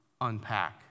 unpack